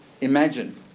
imagine